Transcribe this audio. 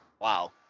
Wow